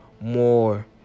more